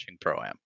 Pro-Am